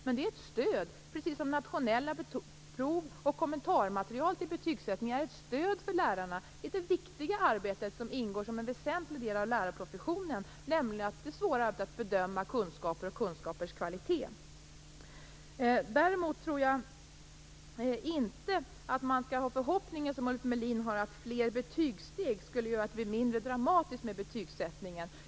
Det är ett stöd, precis som nationella prov och kommentarmaterial till betygsättningen är ett stöd för lärarna i det viktiga arbete som ingår som en väsentlig del i lärarprofessionen, nämligen det svåra arbetet att bedöma kunskaper och kunskapers kvalitet. Däremot tror jag inte att man som Ulf Melin skall ha förhoppningen att fler betygssteg skulle göra att betygsättningen blir mindre dramatisk.